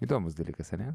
įdomus dalykas ane